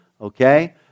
Okay